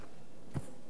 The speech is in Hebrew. אדוני היושב-ראש,